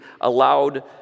allowed